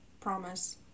promise